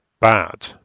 bad